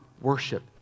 worship